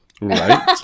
right